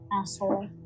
Asshole